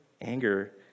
anger